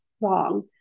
wrong